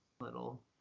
little